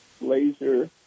laser